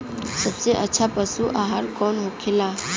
सबसे अच्छा पशु आहार कौन होखेला?